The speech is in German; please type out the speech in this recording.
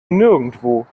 nirgendwo